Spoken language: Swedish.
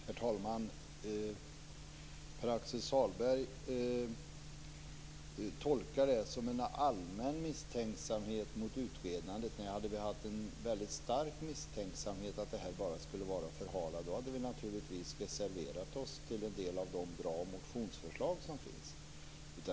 Herr talman! Pär-Axel Sahlberg tolkar det här som allmän misstänksamhet mot utredandet. Hade vi haft en stark misstanke om att det bara var fråga om att förhala hade vi naturligtvis reserverat oss till förmån för en del av de bra motionsförslag som finns.